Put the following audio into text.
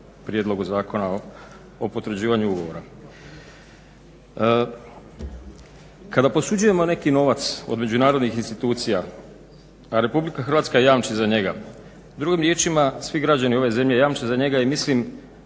prijedlogu Zakona o potvrđivanju ugovora. Kada posuđujemo neki novac od međunarodnih institucija RH jamči za njega, drugim riječima svi građani ove zemlje jamče za njega i mislim